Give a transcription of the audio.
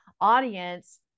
audience